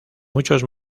muchos